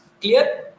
clear